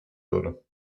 würde